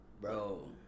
Bro